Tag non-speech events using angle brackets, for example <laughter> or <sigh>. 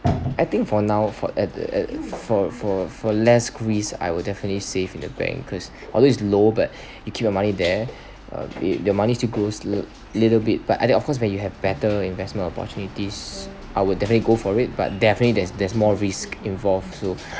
I think for now for at the at the for for for less risk I will definitely save in the bank cause although it's low but you keep your money there <breath> uh i~ the money still grows a little bit but and of course when you have better investment opportunities I will definitely go for it but definitely there's there's more risk involved so